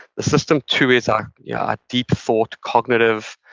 the system two is our yeah deep thought, cognitive,